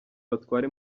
batwara